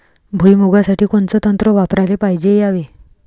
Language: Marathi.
भुइमुगा साठी कोनचं तंत्र वापराले पायजे यावे?